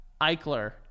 Eichler